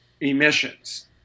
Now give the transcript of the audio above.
emissions